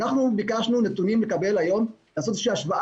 אנחנו ביקשנו לקבל נתונים היום לעשות השוואה